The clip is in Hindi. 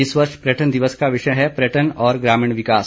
इस वर्ष पर्यटन दिवस का विषय है पर्यटन और ग्रामीण विकास